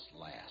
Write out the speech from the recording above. last